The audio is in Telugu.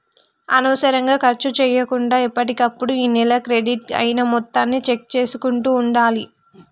అనవసరంగా ఖర్చు చేయకుండా ఎప్పటికప్పుడు ఆ నెల క్రెడిట్ అయిన మొత్తాన్ని చెక్ చేసుకుంటూ ఉండాలి